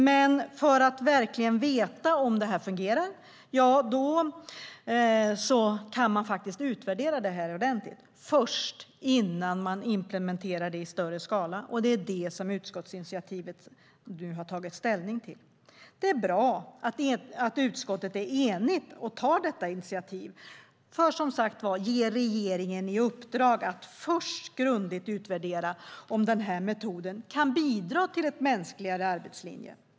Men för att verkligen veta om det fungerar måste man först utvärdera det ordentligt innan man implementerar det i större skala. Det är vad vi i utskottsinitiativet har tagit ställning till. Det är bra att utskottet är enigt och tar detta initiativ. Vi ger regeringen i uppdrag att först grundligt utvärdera om metoden kan bidra till en mänskligare arbetslinje.